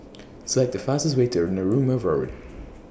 Select The fastest Way to Narooma Road